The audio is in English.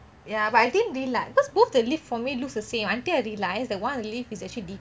ya but I didn't realise because both the lift for me looks the same until I realise that one of the lift is actually deeper